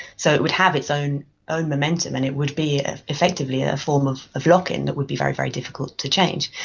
so it would have its own ah momentum and it would it be effectively a form of of lock-in that would be very, very difficult to change.